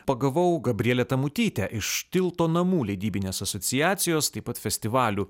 pagavau gabrielę tamutytę iš tilto namų leidybinės asociacijos taip pat festivalių